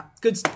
good